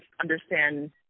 understand